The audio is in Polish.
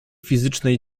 fizycznej